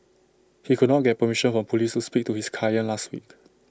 he could not get permission from Police to speak to his client last week